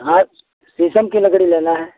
हाँ शीशम की लकड़ी लेना है